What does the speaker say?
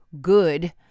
good